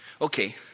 Okay